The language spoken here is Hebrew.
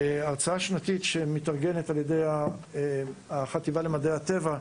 הרצאה שנתית שמתארגנת על-ידי החטיבה למדעי הטבע,